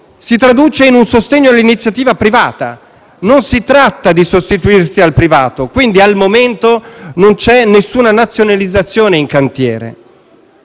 si traduce in un sostegno all'iniziativa privata. Non si tratta di sostituirsi al privato. Quindi, al momento non c'è nessuna nazionalizzazione in cantiere.